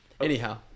Anyhow